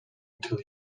until